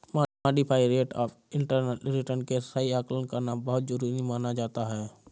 modified rate of internal return के सही आकलन करना बहुत जरुरी माना जाता है